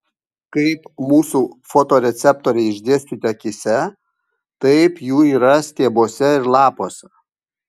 kaip mūsų fotoreceptoriai išdėstyti akyse taip jų yra stiebuose ir lapuose